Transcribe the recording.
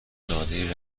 نادری